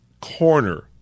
Corner